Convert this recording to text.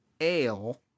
Ale